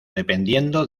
dependiendo